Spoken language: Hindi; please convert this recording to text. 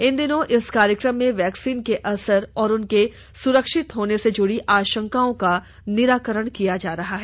इन दिनों इस कार्यक्रम में वैक्सीनों के असर और उनके सुरक्षित होने से जुड़ी आशंकाओं का निराकरण किया जा रहा है